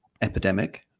epidemic